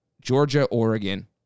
Georgia-Oregon